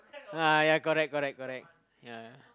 ah ya correct correct correct ya